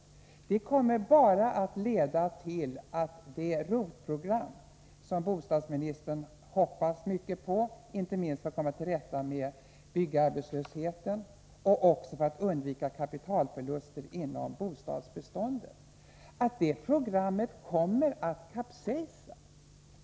Ytterligare beskattning kommer bara att leda till att det ROT-program som bostadsministern hoppas mycket på — inte minst för att komma till rätta med byggarbetslösheten men också för att undvika kapitalförluster inom bostadsbeståndet — kapsejsar.